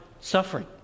suffering